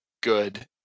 good